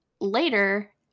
later